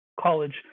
college